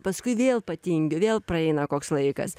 paskui vėl patingiu vėl praeina koks laikas